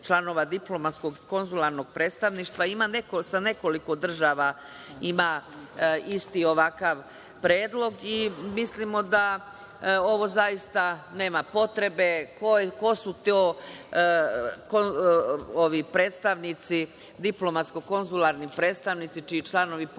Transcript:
Diplomatsko-konzularnog predstavništva, ima sa nekoliko država, ima isti ovakav predlog i mislimo da ovo zaista nema potrebe, ko su to predstavnici Diplomatsko-konzularni predstavnici, čiji članovi porodice